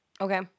Okay